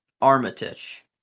armitage